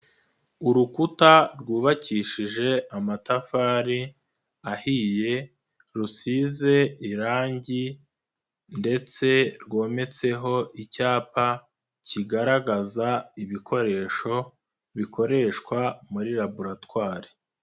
Urukuta rwubakishije amatafari ahiye, rusize irangi ndetse rwometseho icyapa kigaragaza ibikoresho bikoreshwa muri laburatwari.